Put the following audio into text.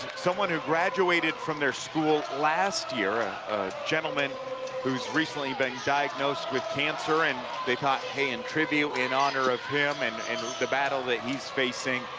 someone who graduated from their school last year, a gentleman whose recently been diagnosed with cancer, and they thought, hey, in tribute, in honor of him and and the battle that he's facing,